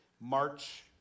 March